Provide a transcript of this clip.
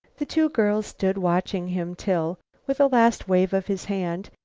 the two girls stood watching him till, with a last wave of his hand,